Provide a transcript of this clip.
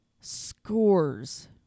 scores